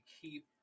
keep